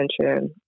attention